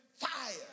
fire